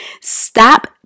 Stop